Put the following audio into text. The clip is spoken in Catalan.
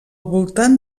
voltant